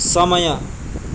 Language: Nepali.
समय